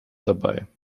dabei